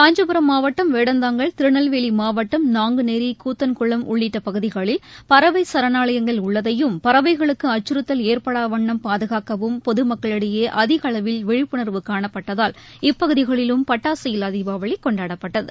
காஞ்சிபுரம் மாவட்டம் வேடந்தாங்கல் திருநெல்வேலிமாவட்டம் நாங்குநேரி கூந்தன்குளம் உள்ளிட்டபகுதிகளில் பறவைசரணாலயங்கள் உள்ளதையும் பறவைகளுக்குஅச்சுறுத்தல் ஏற்படாவண்ணம் பொதுமக்களிடையேஅதிகஅளவில் விழிப்புணர்வு காணப்பட்டதால் இப்பகுதிகளிலும் பட்டாசு பாதுகாக்கவும் இல்லாதீபாவளிகொண்டாடப்பட்டது